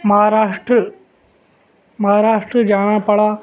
مہاراشٹر مہاراشٹر جانا پڑا